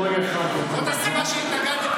זאת הסיבה שהתנגדתי,